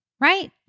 right